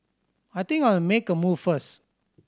I think I'll make a move first